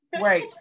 right